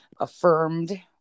affirmed